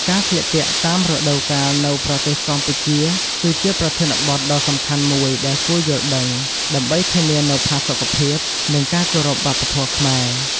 ការស្លៀកពាក់តាមរដូវកាលនៅប្រទេសកម្ពុជាគឺជាប្រធានបទដ៏សំខាន់មួយដែលគួរយល់ដឹង ដើម្បីធានានូវផាសុខភាព និងការគោរពវប្បធម៌ខ្មែរ។